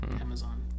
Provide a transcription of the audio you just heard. Amazon